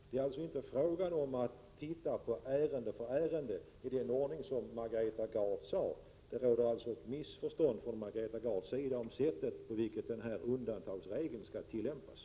Det är alltså inte fråga om att pröva ärende för ärende enligt den ordning som Margareta Gard gjorde gällande. Det råder således ett missförstånd från Margareta Gards sida beträffande det sätt på vilket denna bestämmelse om undantag skall tillämpas.